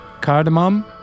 cardamom